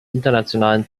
internationalen